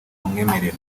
amwemerera